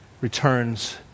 returns